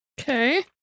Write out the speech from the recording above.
okay